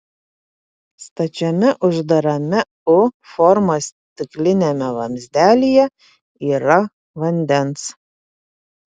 stačiame uždarame u formos stikliniame vamzdelyje yra vandens